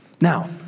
Now